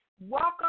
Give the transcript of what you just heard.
Welcome